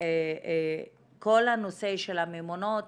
וכל הנושא של הממונות,